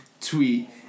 tweet